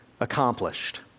accomplished